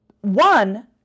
One